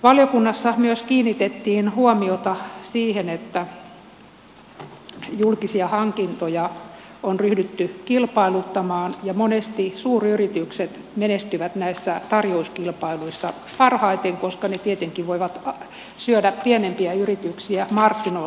valiokunnassa myös kiinnitettiin huomiota siihen että julkisia hankintoja on ryhdytty kilpailuttamaan ja monesti suuryritykset menestyvät näissä tarjouskilpailuissa parhaiten koska ne tietenkin voivat syödä pienempiä yrityksiä markkinoilta pois